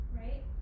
right